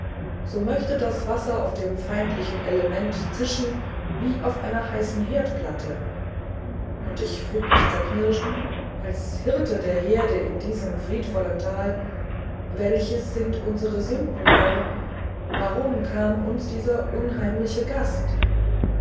so möchte das wasser auf dem feindlichen element zischen wie auf einer heißen herdplatte und ich frug mich zerknirscht als hirte der herde in diesem friedvollen tal welches sind unsere sünden herr warum kam uns dieser unheimliche gast